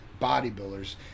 bodybuilders